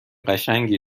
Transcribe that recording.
قشنگی